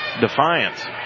Defiance